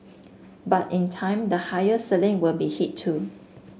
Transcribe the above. but in time the higher ceiling will be hit too